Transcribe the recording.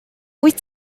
wyt